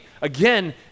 again